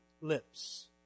lips